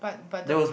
but the